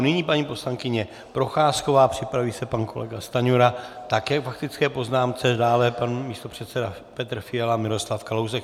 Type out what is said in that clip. Nyní paní poslankyně Procházková, připraví se pan kolega Stanjura také k faktické poznámce, dále pan místopředseda Petr Fiala a Miroslav Kalousek.